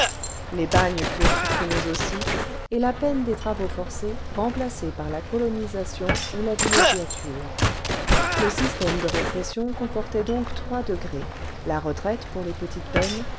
les bagnes furent supprimés aussi et la peine des travaux forcés remplacée par la colonisation ou la villégiature le système de répression comportait donc trois degrés la retraite pour les petites peines